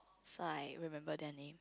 so I remember their name